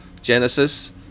Genesis